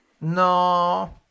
No